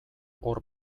hor